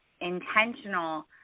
intentional